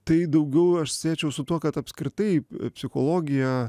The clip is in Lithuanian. tai daugiau aš siečiau su tuo kad apskritai psichologija